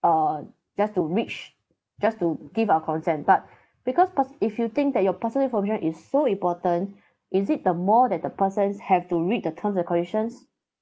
uh just to reach just to give our consent but because pers~ if you think that you personal information is so important is it the more that the persons have to read the terms and conditions